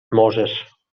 możesz